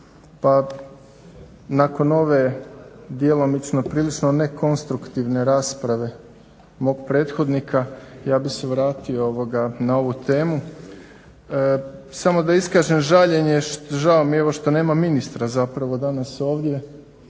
Pa nakon ove djelomično prilično nekonstruktivne rasprave mog prethodnika ja bih se vratio na ovu temu samo da iskažem žaljenje, žao mi je evo što nema ministra zapravo danas ovdje,